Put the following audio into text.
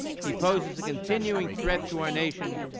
he poses a continuing threat to our nation,